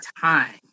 time